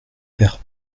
faire